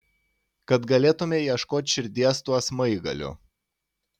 kad galėtumei ieškot širdies tuo smaigaliu